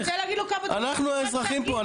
אתה רוצה להגיד לו כמה --- אנחנו האזרחים פה,